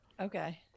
Okay